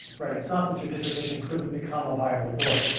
right, it's not that your dissertation couldn't become a viable book,